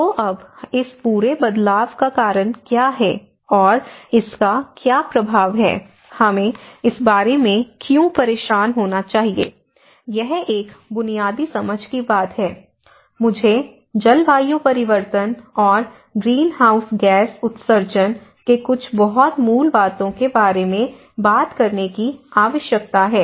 तो अब इस पूरे बदलाव का कारण क्या है और इसका क्या प्रभाव है हमें इस बारे में क्यों परेशान होना चाहिए यह एक बुनियादी समझ की बात है मुझे जलवायु परिवर्तन और ग्रीनहाउस गैस उत्सर्जन के कुछ बहुत मूल बातों के बारे में बात करने की आवश्यकता है